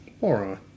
moron